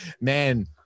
man